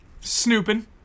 Snooping